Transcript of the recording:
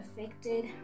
affected